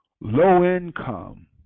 low-income